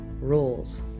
rules